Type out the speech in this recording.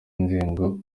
inzego